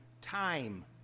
time